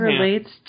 relates